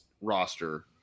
roster